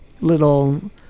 little